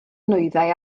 nwyddau